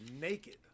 naked